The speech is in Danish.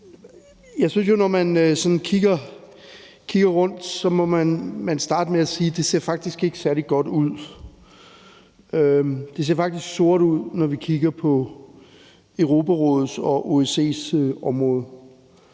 Jeg synes jo, at man, når man sådan kigger rundt, må starte med at sige, at det faktisk ikke ser særlig godt ud. Det ser faktisk sort ud, når vi kigger på Europarådets og OSCE's område.